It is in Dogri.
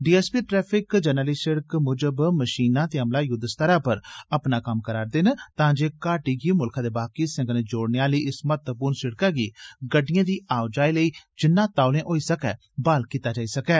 डीएसपी ट्रैफिक जरनैली सड़क मूजब मशीना ते अमला युद्ध स्तरै पर अपना कम्म करा रदे न तां जे घाटी गी मुल्खै दे बाकी हिस्से कन्नै जोड़ने आली इस महत्वपूर्ण सड़कै गी गड़िडएं दी आओजाई लेई जिन्ना तौले होई सकै ब्हाल कीता जाई सकै